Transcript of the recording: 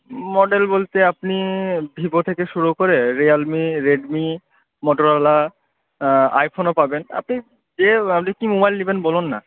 model বলতে আপনি Vivo থেকে শুরু করে রিয়ালমি রেডমি মটরোলা আইফোনও পাবেন আপনি যেয়ে আপনি কি মোবাইল নেবেন বলুন না